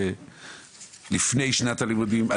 לפני שנת הלימודים,